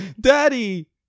daddy